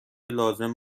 لازم